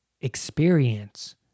experience